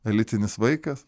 elitinis vaikas